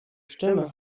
stimme